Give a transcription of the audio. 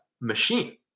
machine